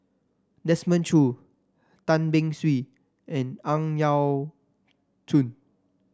Desmond Choo Tan Beng Swee and Ang Yau Choon